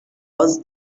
was